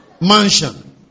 mansion